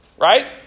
right